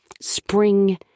spring